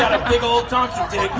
a big old donkey